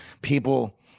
people